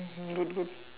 uh good good